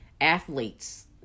athletes